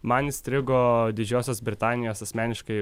man įstrigo didžiosios britanijos asmeniškai